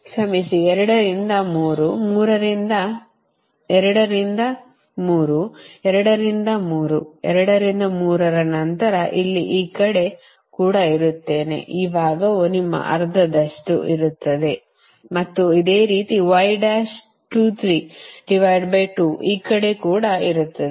ಕ್ಷಮಿಸಿ 2 ರಿಂದ 3 2 ರಿಂದ 3 2 ರಿಂದ 3 ನಂತರ ಇಲ್ಲಿ ಈ ಕಡೆ ಕೂಡ ಇರುತ್ತೇನೆ ಈ ಭಾಗವು ನಿಮ್ಮ ಅರ್ಧದಷ್ಟು ಇರುತ್ತದೆ ಮತ್ತು ಅದೇ ರೀತಿ ಈ ಕಡೆ ಕೂಡ ಇರುತ್ತದೆ